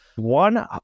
One